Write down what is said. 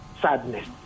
sadness